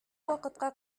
вакытка